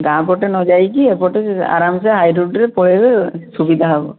ଗାଁ ପଟେ ନ ଯାଇକରି ଏପଟେ ଆରାମ ସେ ହାଇ ରୁଟ୍ରେ ପଳାଇବେ ସୁବିଧା ହେବ